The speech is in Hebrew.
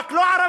רק לא ערבים.